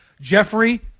Jeffrey